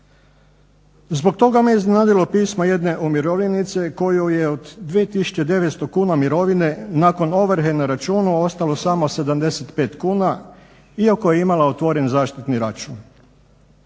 Zbog toga me iznenadilo pismo jedne umirovljenice kojoj je od 2900 kuna mirovine nakon ovrhe na računu ostalo samo 75 kuna, iako je imala otvoren zaštitni račun.